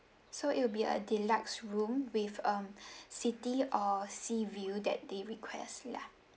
so it'll be a deluxe room with um city or sea view that they request ya